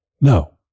No